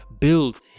build